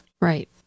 Right